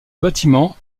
bâtiment